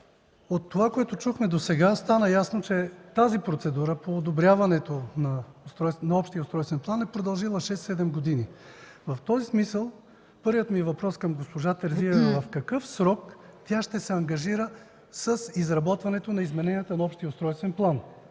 От това, което чухме досега, стана ясно, че процедурата по одобряването на общия устройствен план е продължила 6-7 години. В този смисъл първият ми въпрос към госпожа Терзиева е в какъв срок ще се ангажира с изработването на измененията в общия устройствен план?